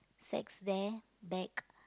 sacks there bag